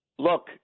Look